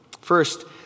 First